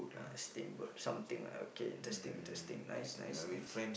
uh steamboat something okay interesting interesting nice nice nice